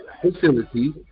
facilities